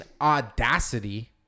audacity